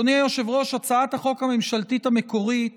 אדוני היושב-ראש, הצעת החוק הממשלתית המקורית